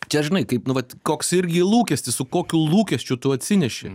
čia žinai kaip nu vat koks irgi lūkestis su kokiu lūkesčiu tu atsineši